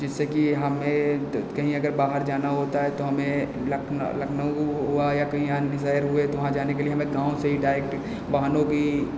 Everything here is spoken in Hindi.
जिससे की हमें तत कहीं अगर बाहर जाना होता है तो हमें लक लखनऊ हुआ या अन्य शहर हुए तो वहाँ जाने के लिए हमें गाँव से ही डायरेक्ट वाहनों की